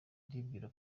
ndibwira